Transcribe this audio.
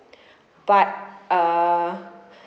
but uh